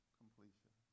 completion